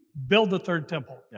build the third temple. yeah